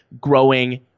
growing